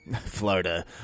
Florida